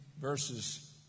verses